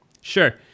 Sure